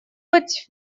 быть